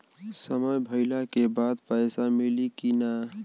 समय भइला के बाद पैसा मिली कि ना?